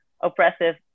oppressive